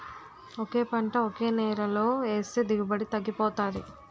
ఒకే పంట ఒకే నేలలో ఏస్తే దిగుబడి తగ్గిపోతాది